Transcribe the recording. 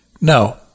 No